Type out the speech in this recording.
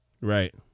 Right